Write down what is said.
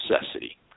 necessity